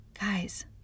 Guys